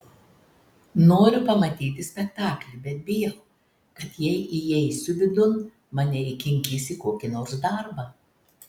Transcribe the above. noriu pamatyti spektaklį bet bijau kad jei įeisiu vidun mane įkinkys į kokį nors darbą